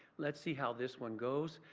let's see how this one goes.